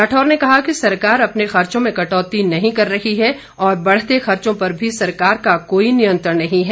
राठौर ने कहा कि सरकार अपने खर्चों में कटौती नहीं कर रही है और बढ़ते खर्चो पर भी सरकार का कोई नियंत्रण नहीं है